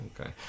Okay